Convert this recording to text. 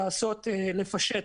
לשפט,